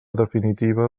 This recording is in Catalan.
definitiva